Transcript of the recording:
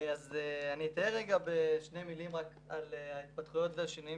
אני אתאר בשתי מילים את ההתפתחויות והשינויים